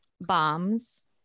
bombs